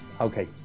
Okay